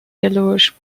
yellowish